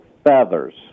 feathers